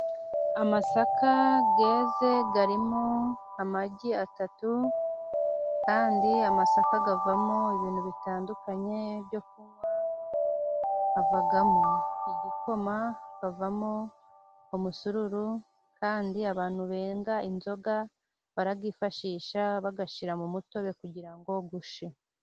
Amasaka yeze arimo amagi atatu kandi amasaka avamo ibintu bitandukanye byo kunywa, avamo igikoma , akavamo umusururu , kandi abantu benga inzoga barayifashisha bayashyira mu mutobe kugira ngo ushye.